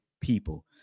people